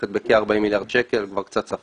בעיקר כנראה וגם בגלל שאנחנו מדביקים את הפער,